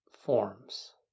forms